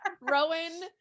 rowan